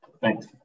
Thanks